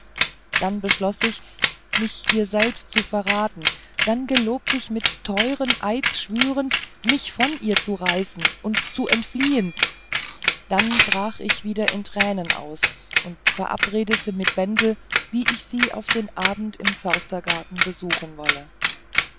dann beschloß ich mich ihr selber zu verraten dann gelobt ich mit teuren eidschwüren mich von ihr zu reißen und zu entfliehen dann brach ich wieder in tränen aus und verabredete mit bendeln wie ich sie auf den abend im förstergarten besuchen wolle